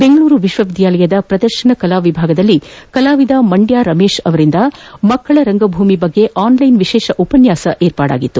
ಬೆಂಗಳೂರು ವಿಶ್ವವಿದ್ಯಾಲಯದ ಪ್ರದರ್ಶನ ಕಲಾವಿಭಾಗದಲ್ಲಿ ಕಲಾವಿದ ಮಂಡ್ಯ ರಮೇಶ್ ಅವರಿಂದ ಮಕ್ಕಳ ರಂಗಭೂಮಿ ಕುರಿತು ಆಲ್ಲೈನ್ ವಿಶೇಷ ಉಪನ್ಯಾಸ ಏರ್ಪದಿಸಲಾಗಿತ್ತು